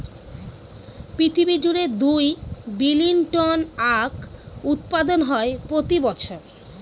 পৃথিবী জুড়ে দুই বিলীন টন আখ উৎপাদন হয় প্রতি বছর